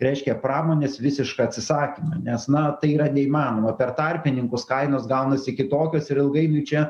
reiškia pramonės visišką atsisakymą nes na tai yra neįmanoma per tarpininkus kainos gaunasi kitokios ir ilgainiui čia